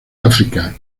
áfrica